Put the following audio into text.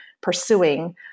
pursuing